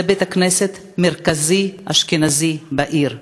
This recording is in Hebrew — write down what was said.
זה בית-כנסת מרכזי אשכנזי בעיר.